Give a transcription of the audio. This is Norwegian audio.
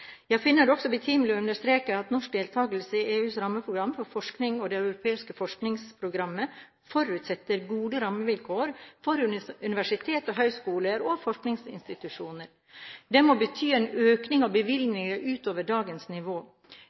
Jeg finner det også betimelig å understreke at norsk deltakelse i EUs rammeprogram for forskning og det europeiske forskningsprogrammet forutsetter gode rammevilkår for universiteter, høyskoler og forskningsinstitusjoner. Det må bety en økning av bevilgningene utover dagens nivå.